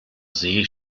see